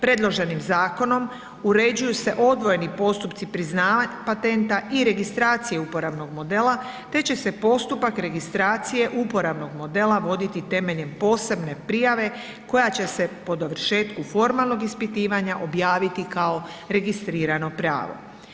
Predloženim zakonom uređuju se odvojeni postupci priznavanja patenta i registracije uporabnog modela, te će se postupak registracije uporabnog modela voditi temeljem posebne prijave koja će se po dovršetku formalnog ispitivanja objaviti kao registrirano pravo.